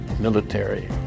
military